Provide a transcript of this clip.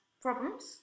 problems